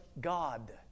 God